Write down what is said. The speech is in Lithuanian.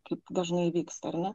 kaip dažnai vyksta ar ne